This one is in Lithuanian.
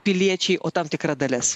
piliečiai o tam tikra dalis